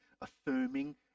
affirming